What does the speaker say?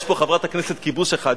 יש פה חברת הכנסת "כיבוש" אחד.